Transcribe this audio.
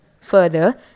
Further